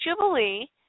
Jubilee